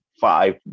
five